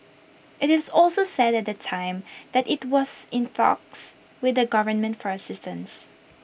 IT is also said at the time that IT was in talks with the government for assistance